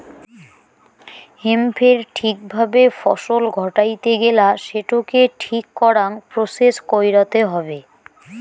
হেম্পের ঠিক ভাবে ফলন ঘটাইতে গেলা সেটোকে ঠিক করাং প্রসেস কইরতে হবে